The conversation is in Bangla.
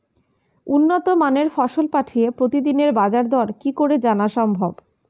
উন্নত মানের ফসল পাঠিয়ে প্রতিদিনের বাজার দর কি করে জানা সম্ভব?